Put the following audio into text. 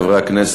חברי חברי הכנסת,